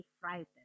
frightened